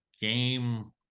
game